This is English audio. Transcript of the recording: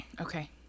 Okay